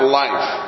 life